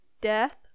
death